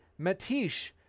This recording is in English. Matish